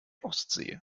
ostsee